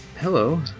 Hello